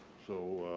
so,